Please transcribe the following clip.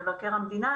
נציג משרד מבקר המדינה,